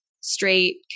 straight